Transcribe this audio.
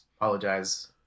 Apologize